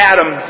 Adam